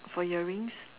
for earrings